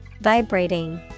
Vibrating